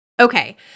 Okay